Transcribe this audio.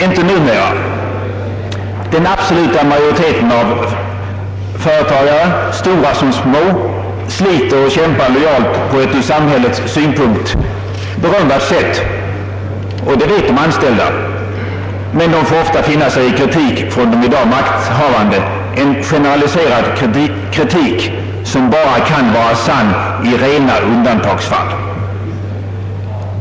Inte numera — den absoluta majoriteten av företagare, stora som små, sliter och kämpar lojalt på ett ur samhällets synpunkt berömvärt sätt, och det vet de anställda. Men företagarna får ofta finna sig i kritik från de i dag makthavande, en generaliserad kritik som bara kan vara sann i rena undantagsfall.